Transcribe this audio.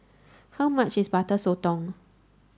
how much is Butter Sotong